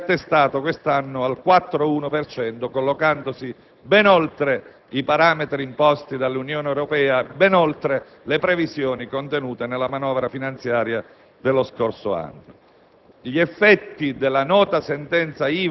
il rapporto *deficit*-PIL si è attestato quest'anno al 4,1 per cento, collocandosi ben oltre i parametri imposti dall'Unione Europea e ben oltre le previsioni contenute nella manovra finanziaria dello scorso anno.